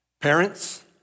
Parents